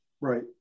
right